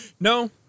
no